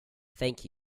thank